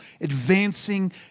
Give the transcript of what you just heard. advancing